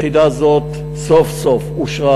היחידה הזאת סוף-סוף אושרה,